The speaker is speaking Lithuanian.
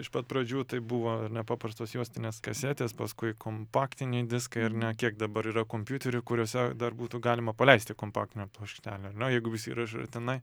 iš pat pradžių tai buvo ar ne paprastos juostinės kasetės paskui kompaktiniai diskai ar ne kiek dabar yra kompiuterių kuriuose dar būtų galima paleisti kompaktinę plokštelę na jeigu visi įrašai tenai